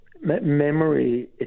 memory